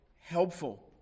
helpful